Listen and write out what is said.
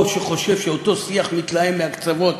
או שחושב שאותו שיח מתלהם מהקצוות